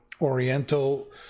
Oriental